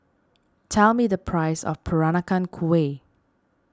tell me the price of Peranakan Kueh